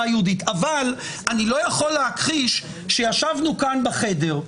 יהודית אבל אני לא יכול להכחיש שישבנו כאן בחדר,